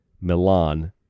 Milan